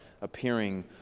appearing